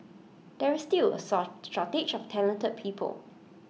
there is still A shortage of talented people